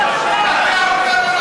אתה עובר על התקנון.